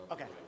Okay